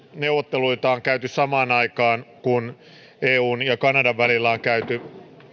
neuvotteluita on käyty samaan aikaan kun eun ja kanadan välillä on käyty